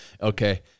Okay